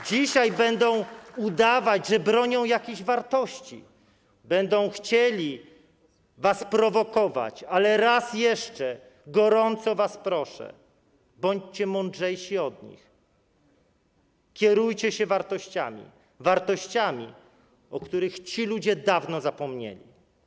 Dzisiaj będą udawać, że bronią jakichś wartości, będą chcieli was prowokować, ale raz jeszcze gorąco was proszę: bądźcie mądrzejsi od nich, kierujcie się wartościami, wartościami, o których ci ludzie dawno zapomnieli.